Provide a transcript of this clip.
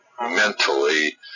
mentally